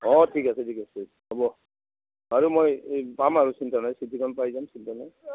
অঁ ঠিক আছে ঠিক আছে হ'ব আৰু মই এই পাম আৰু চিন্তা নাই